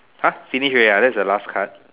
!huh! finish already ah that's the last card